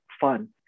fun